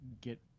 get